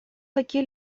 какие